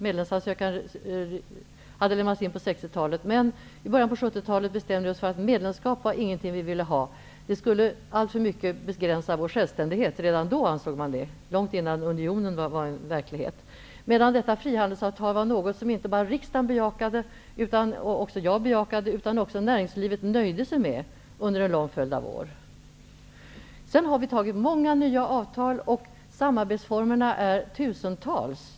Medlemsansökan hade lämnats in på 60-talet, men i början på 70-talet bestämde vi oss för att medlemskap inte var något som vi ville ha. Redan då, långt innan unionen var verklighet, ansåg man att det i alltför hög grad skulle begränsa vår självständighet. Detta frihandelsavtal var något som inte bara riksdagen, och också jag, bejakade utan som också näringslivet nöjde sig med under en lång följd av år. Efter det har vi antagit många nya avtal, och samarbetsformerna är tusentals.